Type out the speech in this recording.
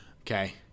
okay